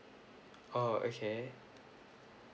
oh okay